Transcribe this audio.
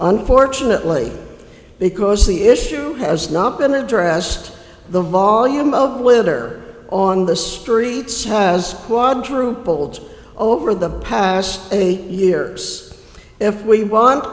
unfortunately because the issue has not been addressed the volume of litter on the streets has quadrupled over the past eight years if we want